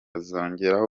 ntazongera